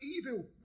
evil